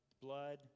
blood